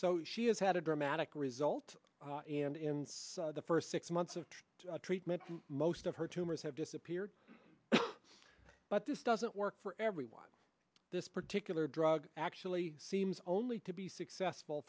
so she has had a dramatic result and in the first six months of treatment most of her tumors have disappeared but this doesn't work for everyone this particular drug actually seems only to be successful